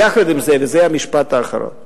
יחד עם זה, וזה המשפט האחרון,